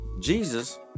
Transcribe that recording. Jesus